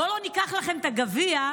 בואו לא ניקח לכם את הגביע,